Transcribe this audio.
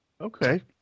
okay